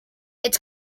its